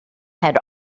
had